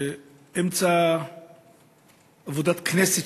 באמצע עבודת הכנסת,